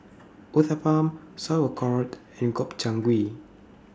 Uthapam Sauerkraut and Gobchang Gui